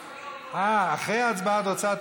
אה, אחרי ההצבעה את רוצה?